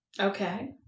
okay